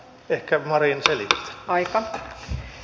ehkä marin selittää